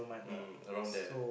um around there